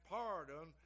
pardon